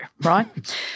right